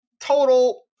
total